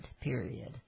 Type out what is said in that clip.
period